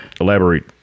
Elaborate